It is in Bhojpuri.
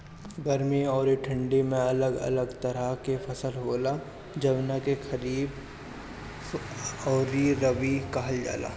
गर्मी अउरी ठंडी में अलग अलग तरह के फसल होला, जवना के खरीफ अउरी रबी कहल जला